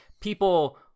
people